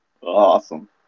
Awesome